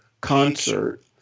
concert